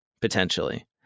potentially